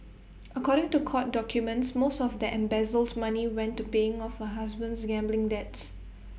according to court documents most of the embezzled money went to paying off her husband's gambling debts